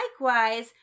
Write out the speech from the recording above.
Likewise